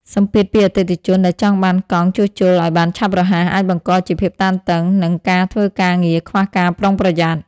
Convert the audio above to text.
សម្ពាធពីអតិថិជនដែលចង់បានកង់ជួសជុលឱ្យបានឆាប់រហ័ស អាចបង្កជាភាពតានតឹង និងការធ្វើការងារខ្វះការប្រុងប្រយ័ត្ន។